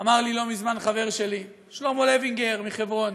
אמר לי לא מזמן חבר שלי, שלמה לוינגר מחברון,